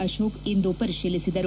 ಅಶೋಕ್ ಇಂದು ಪರಿಶೀಲಿಸಿದರು